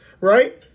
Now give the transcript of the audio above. right